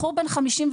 בחור בן 56,